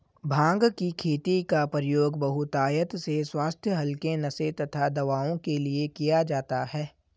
भांग की खेती का प्रयोग बहुतायत से स्वास्थ्य हल्के नशे तथा दवाओं के लिए किया जाता है